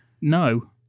no